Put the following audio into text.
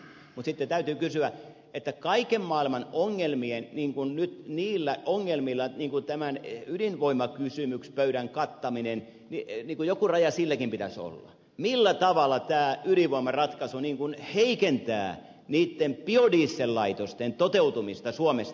mutta sitten täytyy sanoa että kaiken maailman ongelmilla niin kuin nyt niillä ongelmilla tämän ydinvoimakysymyspöydän kattamisesta joku raja pitäisi olla millä tavalla tämä ydinvoimaratkaisu heikentää niitten biodiesellaitosten toteutumista suomessa